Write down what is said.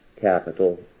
capital